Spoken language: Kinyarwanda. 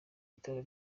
bitaro